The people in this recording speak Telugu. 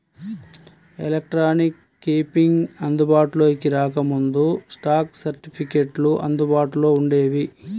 ఎలక్ట్రానిక్ కీపింగ్ అందుబాటులోకి రాకముందు, స్టాక్ సర్టిఫికెట్లు అందుబాటులో వుండేవి